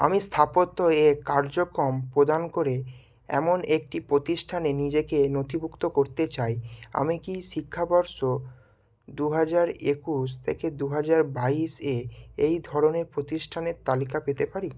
আমি স্থাপত্য এ কার্যক্রম প্রদান করে এমন একটি প্রতিষ্ঠানে নিজেকে নথিভুক্ত করতে চাই আমি কি শিক্ষাবর্ষ দু হাজার একুশ থেকে দু হাজার বাইশ এ এই ধরনের প্রতিষ্ঠানের তালিকা পেতে পারি